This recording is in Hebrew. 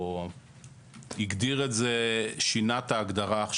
שינה את ההגדרה.